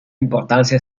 importancia